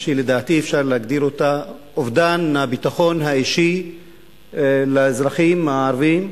שלדעתי אפשר להגדיר אותה כאובדן הביטחון האישי לאזרחים הערבים.